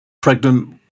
pregnant